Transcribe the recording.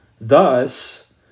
Thus